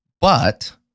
but-